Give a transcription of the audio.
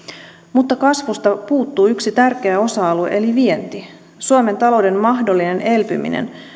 mutta kasvusta puuttuu yksi tärkeä osa alue eli vienti suomen talouden mahdollinen elpyminen